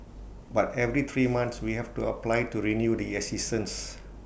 but every three months we have to apply to renew the assistance